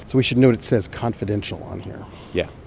we should note it says confidential on here yeah.